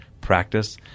practice